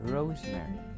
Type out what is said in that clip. Rosemary